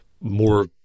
more